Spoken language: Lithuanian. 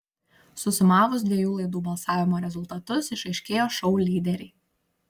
susumavus dviejų laidų balsavimo rezultatus išaiškėjo šou lyderiai